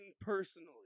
personally